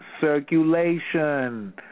circulation